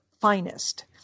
Finest